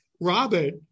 Robert